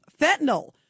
fentanyl